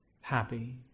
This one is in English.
happy